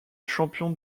champion